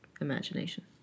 imagination